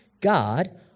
God